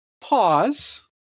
pause